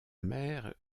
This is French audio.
mère